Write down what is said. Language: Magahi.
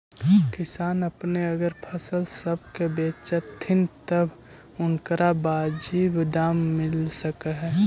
किसान अपने अगर फसल सब के बेचतथीन तब उनकरा बाजीब दाम मिल सकलई हे